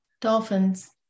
dolphins